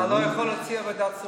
הוא לא יכול להציע ועדת כספים.